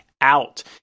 out